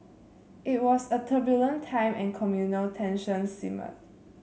it was a turbulent time and communal tensions simmered